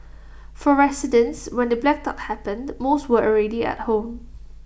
for residents when the blackout happened most were already at home